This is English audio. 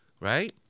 right